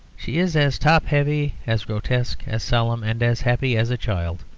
she is as top-heavy, as grotesque, as solemn and as happy as a child.